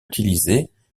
utilisés